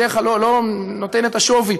בדרך כלל לא נותן את השווי